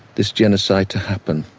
this genocide to happen.